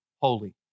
holy